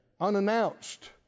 unannounced